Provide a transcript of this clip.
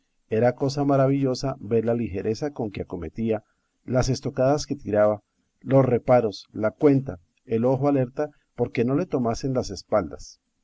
era cosa maravillosa ver la ligereza con que acometía las estocadas que tiraba los reparos la cuenta el ojo alerta porque no le tomasen las espaldas